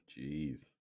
Jeez